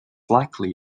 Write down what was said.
likely